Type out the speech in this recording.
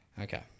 Okay